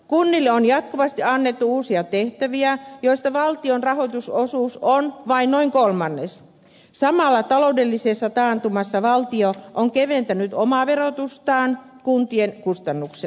kunnille on jatkuvasti annettu uusia tehtäviä joista valtion rahoitusosuus on vain noin kolmannes samalla taloudellisessa taantumassa valtio on keventänyt omaa verotustaan kuntien kustannuksella